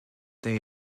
they